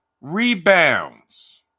rebounds